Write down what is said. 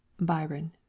Byron